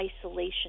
isolation